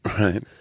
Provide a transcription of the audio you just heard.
Right